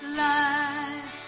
life